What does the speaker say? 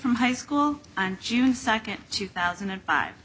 from high school on june second two thousand and five